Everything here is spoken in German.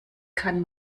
kann